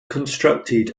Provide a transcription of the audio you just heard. constructed